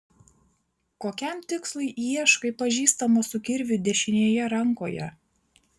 kokiam tikslui ieškai pažįstamo su kirviu dešinėje rankoje